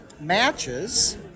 matches